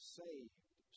saved